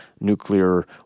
nuclear